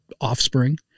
offspring